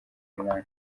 munani